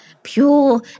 Pure